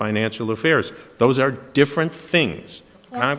financial affairs those are different things